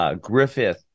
Griffith